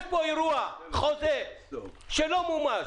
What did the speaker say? יש פה חוזה שלא מומש.